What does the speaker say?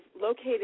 located